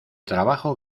trabajo